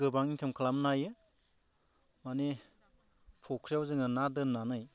गोबां इंखाम खालामनो हायो माने फ'ख्रियाव जोङो ना दोन्नानै